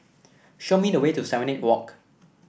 show me the way to Serenade Walk